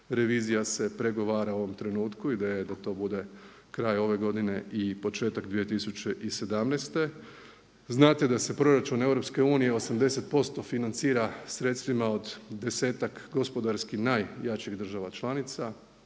Revizija se pregovara u ovom trenutku. Ideja je da to bude kraj ove godine i početak 2017. Znate da se Proračun EU 80% financira sredstvima od 10-ak gospodarski najjačih država članica.